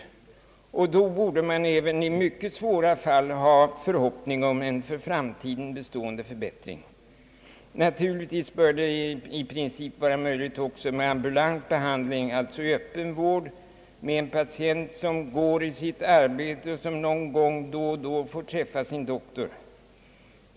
Och då borde man även i mycket svåra fall kunna ha förhoppning om en för framtiden bestående förbättring. Naturligtvis bör i princip också ambulant behandling vara möjlig, alltså behandling i öppen vård, med en patient som går i sitt arbete och som någon gång då och då får träffa sin doktor.